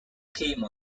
came